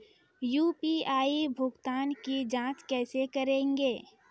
UPI भुगतान की जाँच कैसे करेंगे?